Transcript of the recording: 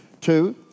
Two